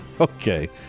Okay